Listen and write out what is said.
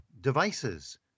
devices